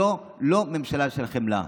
זו לא ממשלה של חמלה.